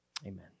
Amen